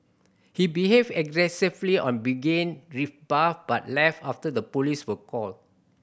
he behaved aggressively on being rebuffed but left after the police were called